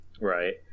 Right